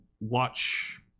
watch